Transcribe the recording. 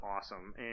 awesome